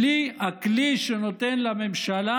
בלי הכלי שנותן לממשלה